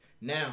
Now